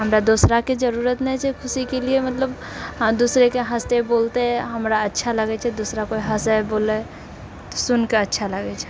हमरा दोसरा कऽ जरूरत नहि छै खुशीके लिए मतलब हाँ दूसरेके हँसते बोलते हमरा अच्छा लागै छै दूसरा कोइ हँसे बोले तऽ सुनि कऽ अच्छा लागै छै